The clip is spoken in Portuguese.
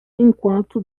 enquanto